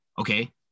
Okay